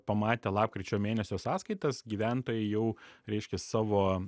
pamatę lapkričio mėnesio sąskaitas gyventojai jau reiškia savo